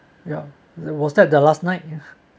ya was that the last night